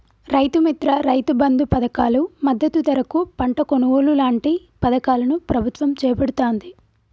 రైతు మిత్ర, రైతు బంధు పధకాలు, మద్దతు ధరకు పంట కొనుగోలు లాంటి పధకాలను ప్రభుత్వం చేపడుతాంది